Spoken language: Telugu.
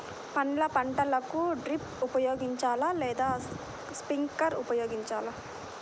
పండ్ల పంటలకు డ్రిప్ ఉపయోగించాలా లేదా స్ప్రింక్లర్ ఉపయోగించాలా?